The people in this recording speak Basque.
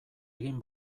egin